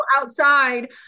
outside